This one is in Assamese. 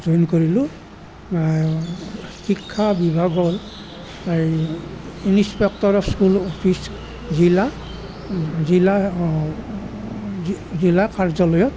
জইন কৰিলোঁ শিক্ষা বিভাগৰ হেৰি ইন্সপেক্টৰ অফ স্কুল অফিচ জিলা জিলা জি জিলা কাৰ্যালয়ত